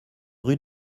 rue